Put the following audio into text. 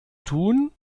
tun